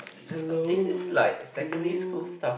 hello hello